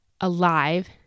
Alive